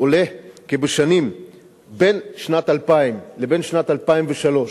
ועולה כי בין שנת 2000 לבין שנת 2023,